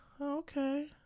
okay